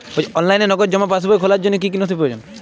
অনলাইনে নগদ জমা পাসবই খোলার জন্য কী কী নথি প্রয়োজন?